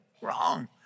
wrong